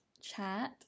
chat